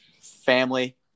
family